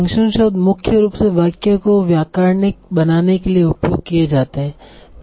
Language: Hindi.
फ़ंक्शन शब्द मुख्य रूप से वाक्य को व्याकरणिक बनाने के लिए उपयोग किये जाते है